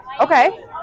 Okay